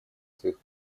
своих